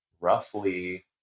roughly